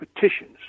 petitions